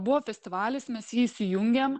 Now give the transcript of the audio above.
buvo festivalis mes jį įsijungėm